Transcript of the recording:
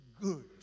good